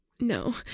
no